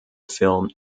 film